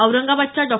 औरंगाबादच्या डॉ